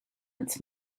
its